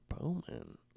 Bowman